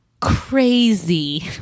Crazy